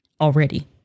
already